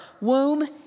womb